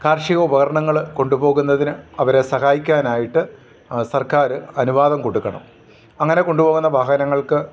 കാർഷികോപകരണങ്ങൾ കൊണ്ടു പോകുന്നതിന് അവരെ സഹായിക്കാനായിട്ട് സർക്കാർ അനുവാദം കൊടുക്കണം അങ്ങനെ കൊണ്ടു പോകുന്ന വാഹനങ്ങൾക്ക്